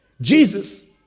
Jesus